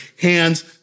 hands